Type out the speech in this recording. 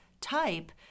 type